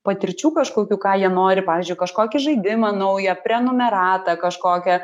patirčių kažkokių ką jie nori pavyzdžiui kažkokį žaidimą naują prenumeratą kažkokią